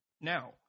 Now